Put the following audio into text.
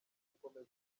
gukomeza